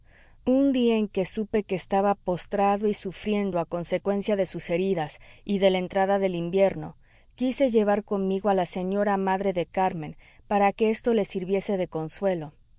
un día en que supe que estaba postrado y sufriendo a consecuencia de sus heridas y de la entrada del invierno quise llevar conmigo a la señora madre de carmen para que esto le sirviese de consuelo